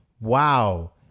Wow